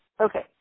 Okay